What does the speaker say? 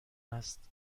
است